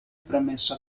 permesso